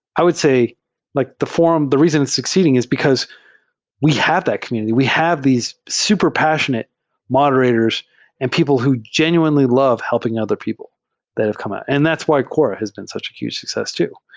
i would say like the forum, the reason it's succeeding is because we have that community, we have these super passionate moderators and people who genuinely love helping other people that have come at it. and that's why quora has been such a huge success too,